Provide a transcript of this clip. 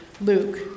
Luke